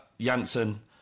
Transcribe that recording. Janssen